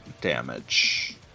damage